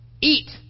eat